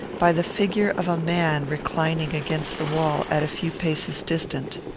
by the figure of a man reclining against the wall at a few paces distant.